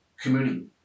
community